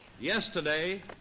Yesterday